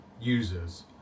users